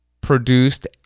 produced